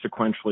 sequentially